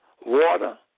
water